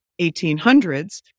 1800s